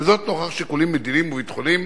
וזאת נוכח שיקולים מדיניים וביטחוניים